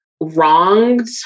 wronged